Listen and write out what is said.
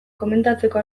komentatzeko